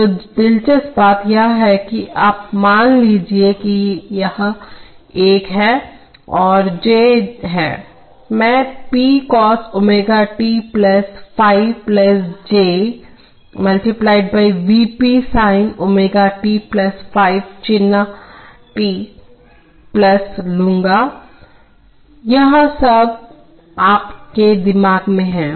तो दिलचस्प बात यह है कि अब मान लीजिए कि यह 1 है और यह j है मैं p cos ω t ϕ j × V p sign ω t ϕ चिन्ह t लूंगा यह सब आपके दिमाग में है